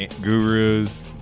gurus